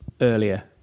earlier